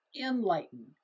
enlighten